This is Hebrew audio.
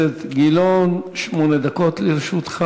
חבר הכנסת גילאון, שמונה דקות לרשותך.